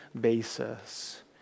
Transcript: basis